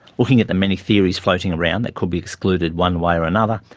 looking at the many theories floating around that could be excluded one way or another,